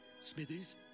Smithers